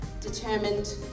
determined